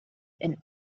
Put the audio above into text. and